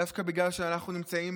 דווקא בגלל שאנחנו נמצאים